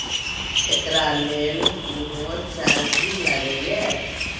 एकरा लेल कुनो चार्ज भी लागैये?